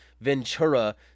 Ventura